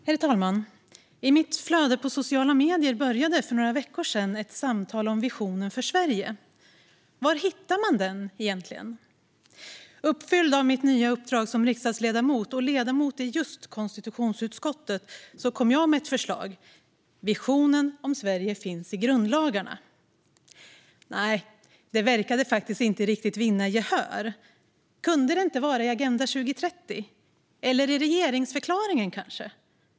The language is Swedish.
Herr talman! I mitt flöde på sociala medier började för några veckor sedan ett samtal om visionen för Sverige. Var hittar man egentligen den? Uppfylld av mitt nya uppdrag som riksdagsledamot och ledamot i just konstitutionsutskottet kom jag med ett förslag: Visionen om Sverige finns i grundlagarna. Men nej, det verkade inte riktigt vinna gehör. Kunde det vara i Agenda 2030 eller kanske i regeringsförklaringen?